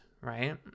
right